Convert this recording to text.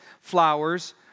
flowers